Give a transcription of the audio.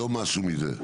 לא משהו מזה.